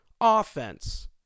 offense